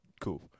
Cool